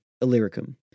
Illyricum